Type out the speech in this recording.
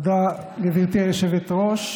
תודה לגברתי היושבת-ראש.